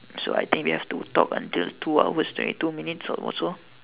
so I think they have to talk until two hours twenty two minutes or so